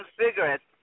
cigarettes